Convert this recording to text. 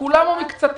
-- כולם או חלקם.